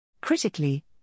Critically